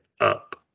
up